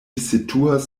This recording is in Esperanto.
situas